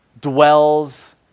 dwells